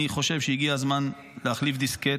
אני חושב שהגיע הזמן להחליף דיסקט.